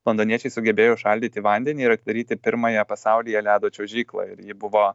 londoniečiai sugebėjo užšaldyti vandenį ir atidaryti pirmąją pasaulyje ledo čiuožyklą ir ji buvo